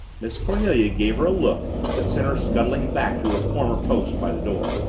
miss cornelia gave her a look that sent her scuttling back to her former post by the door.